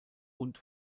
und